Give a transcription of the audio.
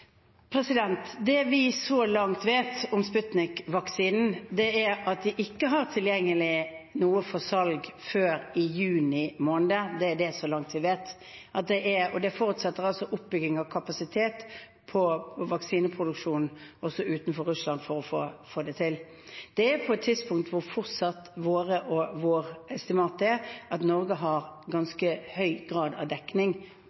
Det vi så langt vet om Sputnik-vaksinen, er at de ikke har tilgjengelig noe for salg før i juni måned. Det er det vi vet så langt, og det forutsetter oppbygging av kapasitet i vaksineproduksjonen også utenfor Russland for å få det til. Det er på et tidspunkt da vårt estimat fortsatt er at Norge har ganske høy grad av dekning